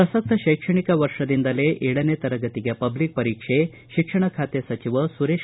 ಪ್ರಸಕ್ತ ಶೈಕ್ಷಣಿಕ ವರ್ಷದಿಂದಲೇ ಏಳನೇ ತರಗತಿಗೆ ಪಬ್ಲಿಕ್ ಪರೀಕ್ಷೆ ಶಿಕ್ಷಣ ಖಾತೆ ಸಚಿವ ಸುರೇತ್